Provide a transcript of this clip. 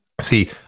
see